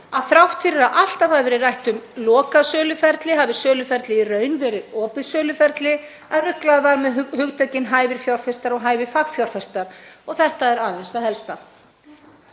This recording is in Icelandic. þrátt fyrir að alltaf hafi verið rætt um lokað söluferli hafi söluferlið í raun verið opið söluferli, að ruglað var með hugtökin hæfir fjárfestar og hæfir fagfjárfestar. Og þetta er aðeins það helsta.